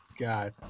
God